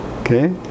Okay